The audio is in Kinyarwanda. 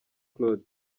claude